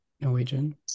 Norwegian